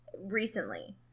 recently